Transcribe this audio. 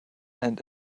and